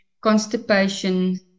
constipation